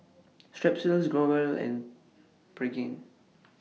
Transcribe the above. Strepsils Growell and Pregain